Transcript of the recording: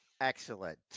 Excellent